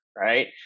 right